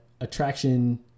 attraction